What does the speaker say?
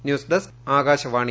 news desk Akashvani